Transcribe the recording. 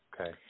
Okay